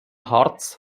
harz